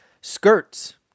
Skirts